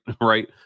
right